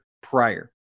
prior